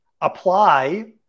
apply